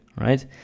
right